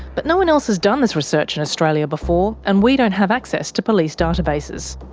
but no one else has done this research in australia before, and we don't have access to police databases.